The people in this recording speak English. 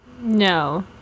No